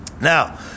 Now